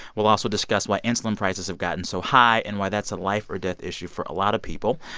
we'll also discuss why insulin prices have gotten so high and why that's a life-or-death issue for a lot of people.